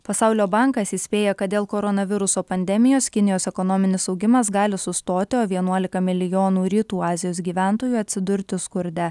pasaulio bankas įspėja kad dėl koronaviruso pandemijos kinijos ekonominis augimas gali sustoti o vienuolika milijonų rytų azijos gyventojų atsidurti skurde